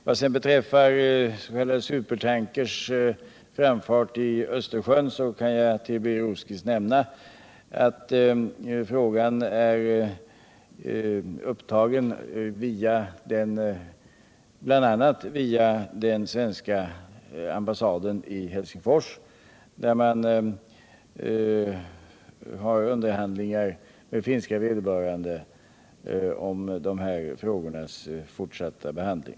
Vad sedan beträffar s.k. supertankers framförande i Östersjön kan jag nämna för Birger Rosqvist att frågan tagits upp bl.a. via svenska ambassaden i Helsingfors, som för underhandlingar med vederbörande finska myndighet om de här frågornas fortsatta behandling.